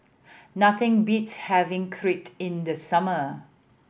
nothing beats having Crepe in the summer